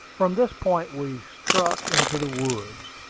from this point we struck into the woods.